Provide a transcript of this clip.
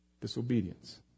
Disobedience